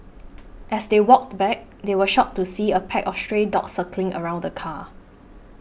as they walked back they were shocked to see a pack of stray dogs circling around the car